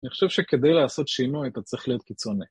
אני חושב שכדי לעשות שינוי אתה צריך להיות קיצוני